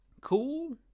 cool